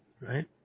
right